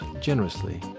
generously